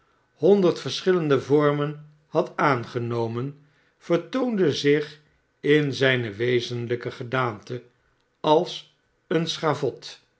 honderd verschillende vormen had aangenomen vertoonde zich in zijne wezenlijke gedaante als een